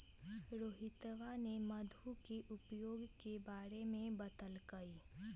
रोहितवा ने मधु के उपयोग के बारे में बतल कई